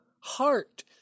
heart